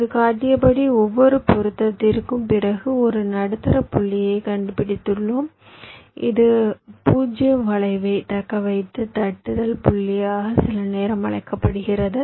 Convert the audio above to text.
இங்கு காட்டியபடி ஒவ்வொரு பொருத்தத்திற்கும் பிறகு ஒரு நடுத்தர புள்ளியைக் கண்டுபிடித்துள்ளோம் இது 0 வளைவைத் தக்கவைக்க தட்டுதல் புள்ளியாக சில நேரம் அழைக்கப்படுகிறது